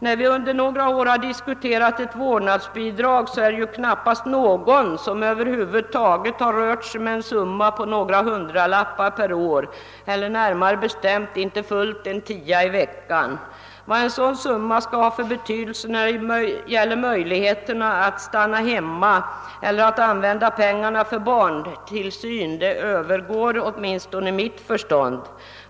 När vi under ett par år diskuterat ett vårdnadsbidrag är det knappast någon som över huvud taget rört sig med en summa på några hundralappar per år eller närmare bestämt inte fullt en tia i veckan. Vad ett sådant belopp skall ha för betydelse då det gäller möjligheterna att stanna hemma eller att använda pegarna för barntillsyn övergår åtminstone mitt förstånd.